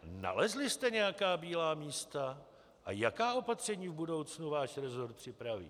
Nalezli jste nějaká bílá místa a jaká opatření v budoucnu váš resort připraví?